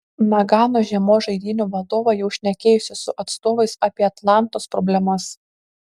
nagano žiemos žaidynių vadovai jau šnekėjosi su atstovais apie atlantos problemas